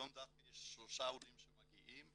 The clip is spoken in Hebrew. היום דווקא יש שלושה עולים שמגיעים,